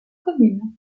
commune